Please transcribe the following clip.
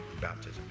Baptism